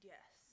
Yes